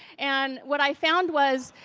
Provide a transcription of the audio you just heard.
and what i found was,